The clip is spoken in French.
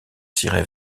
ciré